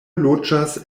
loĝas